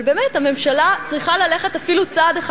אבל הממשלה צריכה ללכת אפילו צעד אחד